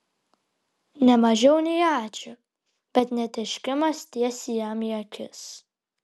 ne mažiau nei ačiū bet ne tėškimas tiesiai jam į akis